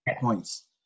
points